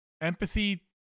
empathy